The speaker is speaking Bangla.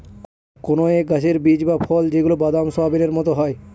কোনো এক গাছের বীজ বা ফল যেগুলা বাদাম, সোয়াবিনের মতো হয়